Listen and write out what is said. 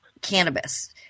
cannabis